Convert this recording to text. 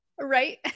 Right